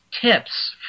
tips